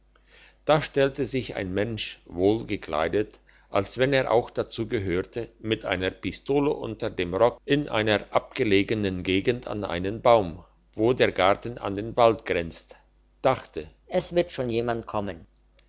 da stellte sich ein mensch wohl gekleidet als wenn er auch dazu gehörte mit einer pistole unter dem rock in einer abgelegenen gegend an einen baum wo der garten an den wald grenzt dachte es wird schon jemand kommen